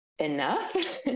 enough